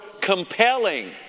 compelling